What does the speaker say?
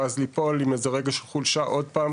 ואז ליפול עם רגע של חולשה עוד פעם,